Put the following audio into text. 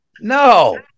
No